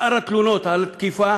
שאר התלונות על תקיפה